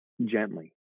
gently